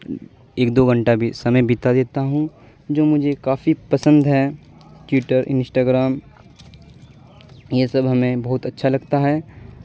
ایک دو گھنٹہ بھی سمے بتا دیتا ہوں جو مجھے کافی پسند ہے ٹوئٹر انشٹاگرام یہ سب ہمیں بہت اچھا لگتا ہے